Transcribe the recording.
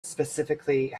specifically